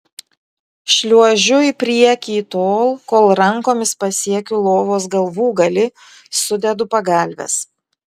šliuožiu į priekį tol kol rankomis pasiekiu lovos galvūgalį sudedu pagalves